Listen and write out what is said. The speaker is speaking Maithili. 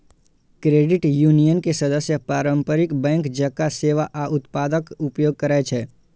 क्रेडिट यूनियन के सदस्य पारंपरिक बैंक जकां सेवा आ उत्पादक उपयोग करै छै